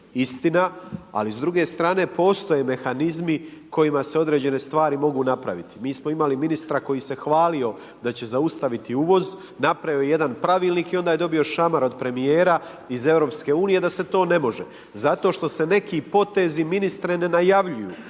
istina. Ali s druge strane postoje mehanizmi s kojima se određene stvari mogu napraviti. Mi smo imali ministra koji se hvalio da će zaustaviti uvoz, napravio jedan pravilnik i onda je dobio šamar od premijera iz EU da se to ne može. Zato što se neki potezi ministre ne najavljuju,